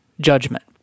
judgment